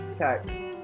Okay